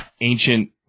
ancient